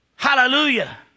Hallelujah